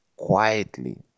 quietly